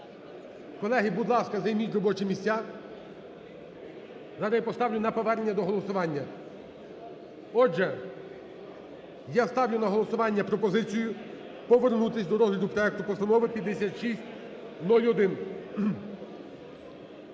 Колеги, будь ласка, займіть робочі місця, зараз я поставлю на повернення до голосування. Отже, я ставлю на голосування пропозицію повернутись до розгляду проекту постанови 5601.